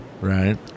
Right